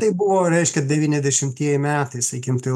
tai buvo reiškia devyniasdešimtieji metai sakykim tai